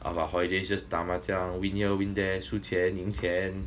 of our holiday just 打麻将 win here win there then 输钱 then 赢钱